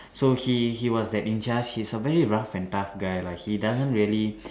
so he he was that in charge he's a very rough and tough guy lah he doesn't really